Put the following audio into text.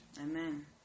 Amen